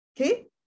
Okay